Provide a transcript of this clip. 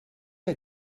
que